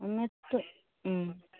मातसो